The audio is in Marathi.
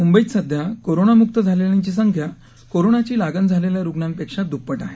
मुंबईत सध्या कोरोनामुक्त झालेल्यांची संख्या कोरोनाची लागण झालेल्या रुग्णापेक्षा द्प्पट आहे